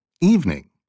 evening